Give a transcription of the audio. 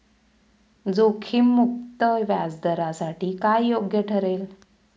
जोखीम मुक्त व्याजदरासाठी काय योग्य ठरेल?